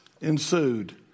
ensued